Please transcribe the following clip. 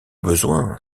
besoin